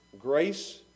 grace